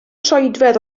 troedfedd